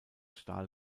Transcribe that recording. stahl